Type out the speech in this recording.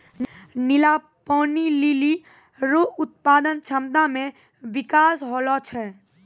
नीला पानी लीली रो उत्पादन क्षमता मे बिकास होलो छै